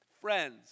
friends